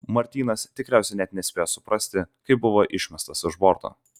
martynas tikriausiai net nespėjo suprasti kai buvo išmestas už borto